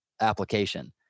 application